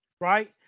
right